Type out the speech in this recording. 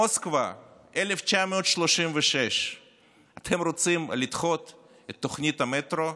במוסקבה 1936. אתם רוצים לדחות את תוכנית המטרו,